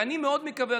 ואני מאוד מקווה,